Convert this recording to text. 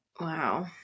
wow